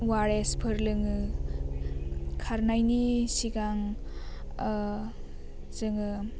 वारेसफोर लोङो खारनायनि सिगां जोङो